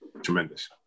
Tremendous